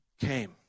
came